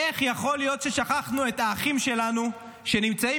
איך יכול להיות ששכחנו את האחים שלנו שנמצאים